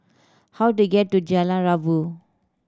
how do I get to Jalan Rabu